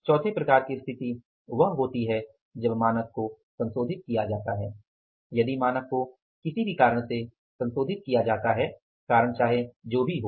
चौथे प्रकार की स्थिति वह होती है जब मानक को संशोधित किया जाता है यदि मानक को किसी भी कारण से संशोधित किया जाता है कारण चाहे जो भी हो